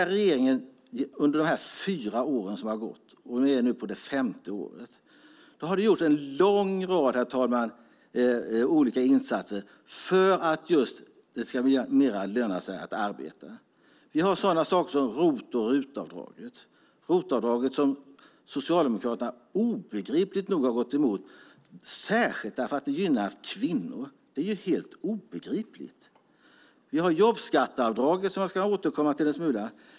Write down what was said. Regeringen har under de fyra år som har gått - vi är nu på det femte året - gjort en lång rad olika insatser, herr talman, just för att det ska löna sig mer att arbeta. Vi har sådana saker som ROT och RUT-avdraget. RUT-avdraget har Socialdemokraterna obegripligt nog gått emot. Det är helt obegripligt, särskilt eftersom det gynnar kvinnor! Vi har jobbskatteavdraget, som jag ska återkomma till en smula.